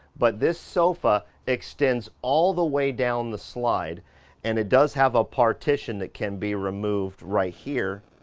but this sofa extends all the way down the slide and it does have a partition that can be removed right here.